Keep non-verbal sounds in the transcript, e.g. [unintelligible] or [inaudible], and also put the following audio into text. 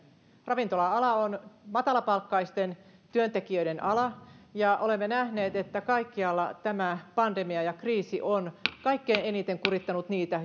ravintola ala on matalapalkkaisten työntekijöiden ala ja olemme nähneet että kaikkialla tämä pandemia ja kriisi on kaikkein eniten kurittanut niitä [unintelligible]